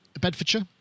Bedfordshire